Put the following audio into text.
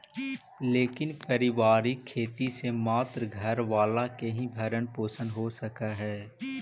लेकिन पारिवारिक खेती से मात्र घर वाला के ही भरण पोषण हो सकऽ हई